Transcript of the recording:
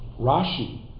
Rashi